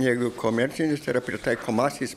jeigu komercinis tai yra pritaikomasis